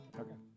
okay